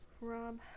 Rob